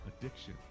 addiction